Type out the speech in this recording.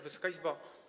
Wysoka Izbo!